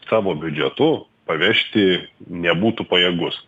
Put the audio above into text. savo biudžetu pavežti nebūtų pajėgus